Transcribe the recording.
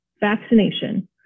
vaccination